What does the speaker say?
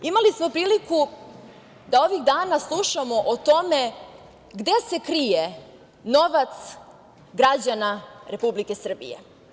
Imali smo priliku da ovih dana slušamo o tome gde se krije novac građana Republike Srbije.